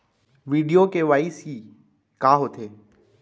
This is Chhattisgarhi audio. वीडियो के.वाई.सी का होथे